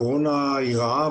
הקורונה היא רעה,